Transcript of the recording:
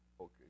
Okay